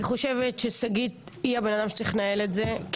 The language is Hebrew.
אני חושבת ששגית היא הבן אדם שצריך לנהל את זה.